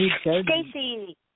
Stacy